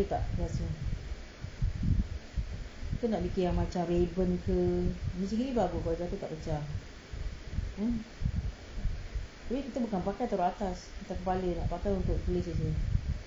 okay tak last one ke nak bikin yang macam rayban ke macam gini bagus jadi tak pecah mm tu bukan pakai taruh atas kepala nak pakai untuk tulis jer